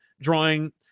drawing